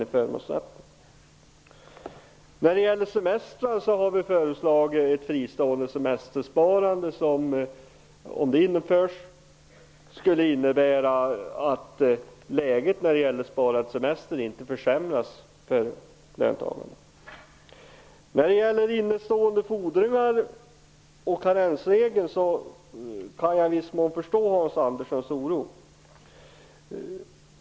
När det gäller semestrar har vi föreslagit ett fristående semestersparande. Om det genomförs skulle det innebära att rätten att spara semester inte försämras för löntagarna. Beträffande innestående fordringar och karens kan jag i viss mån förstå Hans Anderssons oro.